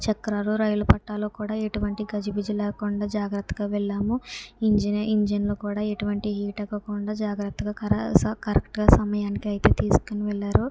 చక్రాలు రైలు పట్టాలు కూడా ఎటువంటి గజిబిజి లేకుండా జాగ్రత్తగా వెళ్ళాము ఇంజిన్ ఇంజిన్లో కూడా ఎటువంటి హీట్ అవ్వకుండా జాగ్రత్తగా క కరెక్ట్గా సమయానికి అయితే తీసుకొని వెళ్ళారు